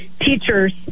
teachers